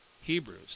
Hebrews